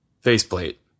faceplate